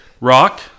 Rock